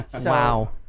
wow